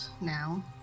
now